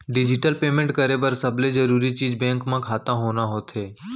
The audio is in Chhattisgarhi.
डिजिटल पेमेंट करे बर सबले जरूरी चीज बेंक म खाता होना होथे